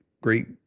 great